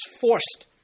forced